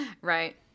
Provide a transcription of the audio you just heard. Right